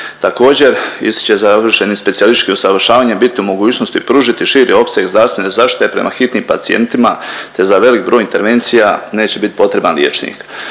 Također, ističe završeni specijalistički usavršavanje biti u mogućnosti pružiti širi opseg zdravstvene zaštite prema hitnim pacijentima, te za velik broj intervencija neće biti potreban liječnik.